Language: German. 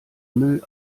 müll